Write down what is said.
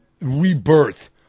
rebirth